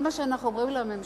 כל מה שאנחנו אומרים לממשלה: